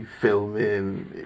filming